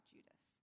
Judas